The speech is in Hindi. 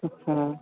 अच्छा